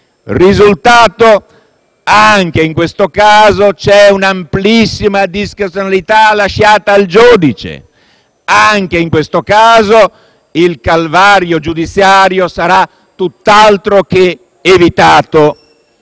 risultato è che, anche in questo caso, si lascia un'amplissima discrezionalità al giudice. Anche in questo caso, il calvario giudiziario sarà tutt'altro che evitato.